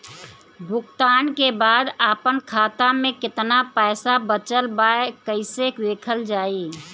भुगतान के बाद आपन खाता में केतना पैसा बचल ब कइसे देखल जाइ?